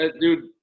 Dude